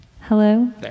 Hello